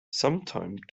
sometime